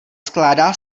skládá